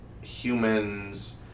humans